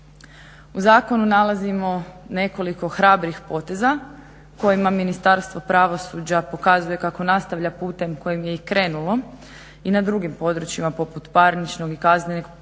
U zakonu nalazimo nekoliko hrabrih poteza kojima Ministarstvo pravosuđa pokazuje kako nastavlja putem kojim je i krenulo i na drugim područjima poput parničnog i kaznenog postupka,